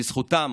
בזכותם